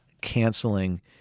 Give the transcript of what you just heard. canceling